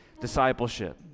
Discipleship